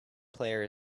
player